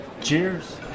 Cheers